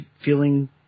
feeling